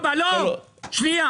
שיפוצים.